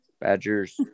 Badgers